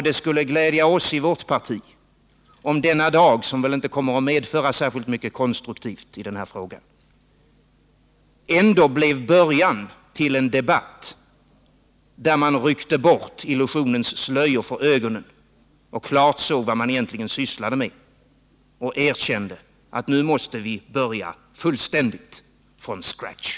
Det skulle glädja oss i vpk om denna dag — som väl inte kommer att medföra särskilt mycket konstruktivt i denna fråga — ändå blev början till en debatt där man ryckte bort illusionens slöjor från ögonen och klart såg vad man egentligen sysslar med och erkände att nu måste vi börja från scratch.